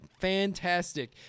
fantastic